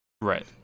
Right